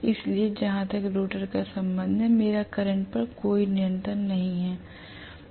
इसलिए जहां तक रोटर का संबंध है मेरा करंट पर कोई नियंत्रण नहीं है